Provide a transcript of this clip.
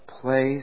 place